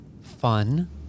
fun